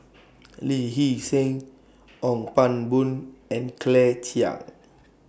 Lee Hee Seng Ong Pang Boon and Claire Chiang